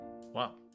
Wow